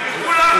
לכולם.